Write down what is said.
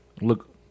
look